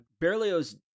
Berlioz